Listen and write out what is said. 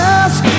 ask